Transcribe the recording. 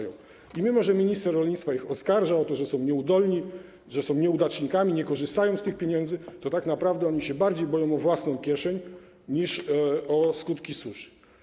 I mimo że minister rolnictwa ich oskarża o to, że są nieudolni, że są nieudacznikami, nie korzystają z tych pieniędzy, to tak naprawdę oni się bardziej boją o własną kieszeń niż o skutki suszy.